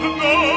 no